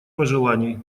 пожеланий